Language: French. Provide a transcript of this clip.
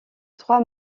trois